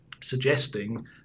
suggesting